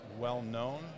well-known